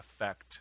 effect